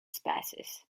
species